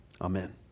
Amen